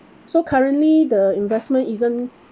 so currently the investment isn't